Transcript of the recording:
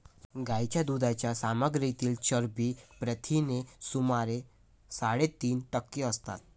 गायीच्या दुधाच्या सामग्रीतील चरबी प्रथिने सुमारे साडेतीन टक्के असतात